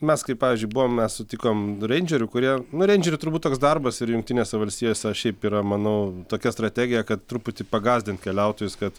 mes kai pavyzdžiui buvom mes sutikom reindžerių kurie nu reindžerių turbūt toks darbas ir jungtinėse valstijose šiaip yra manau tokia strategija kad truputį pagąsdint keliautojus kad